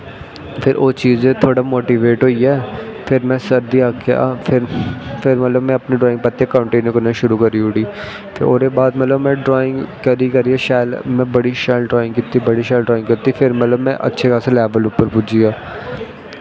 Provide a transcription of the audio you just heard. फिर ओह् चीज थोह्ड़ा मोटिवेट होइया फिर में सर गी आक्खेआ फिर में मतलव अपनी ड्राईंग परतियै शुरु करी ओड़ी ते ओह्दे बाद में मतलव ड्राईंग करी करियै ड्राईंग नमें बड़ी शैल ड्राईंग कीती फिर मतलव में अच्छे लैवल पर पुज्जिया